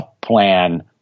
plan